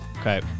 Okay